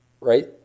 right